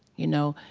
you know.